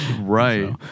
Right